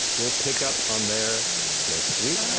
we'll pick up on there next week.